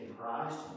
Christ